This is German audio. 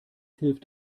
hilft